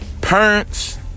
parents